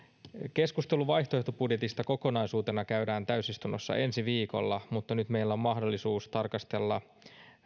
keskustelu vaihtoehtobudjetista kokonaisuutena käydään täysistunnossa ensi viikolla mutta nyt meillä on mahdollisuus tarkastella